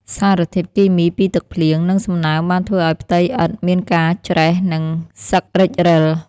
សារធាតុគីមីពីទឹកភ្លៀង និងសំណើមបានធ្វើឱ្យផ្ទៃឥដ្ឋមានការច្រេះ និងសឹករិចរិល។